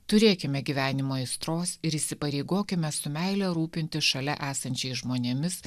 turėkime gyvenimo aistros ir įsipareigokime su meile rūpintis šalia esančiais žmonėmis